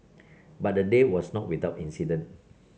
but the day was not without incident